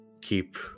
keep